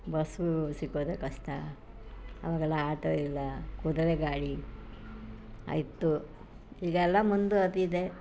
bus ಸಿಕ್ಕೋದೆ ಕಷ್ಟ ಅವಾಗೆಲ್ಲ ಆಟೋ ಇಲ್ಲ ಕುದುರೆ ಗಾಡಿ ಇತ್ತು ಈಗೆಲ್ಲ ಮುಂದುವರೆದಿದೆ